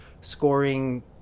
scoring